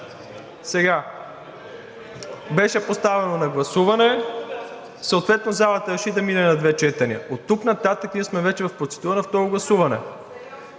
Не. Беше поставено на гласуване, съответно залата реши да мине на две четения. От тук нататък ние сме вече на второ гласуване